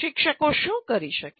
શિક્ષકો શું કરી શકે